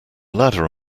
ladder